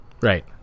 Right